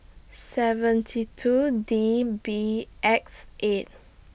seventy two D B X eight